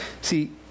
See